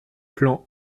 plan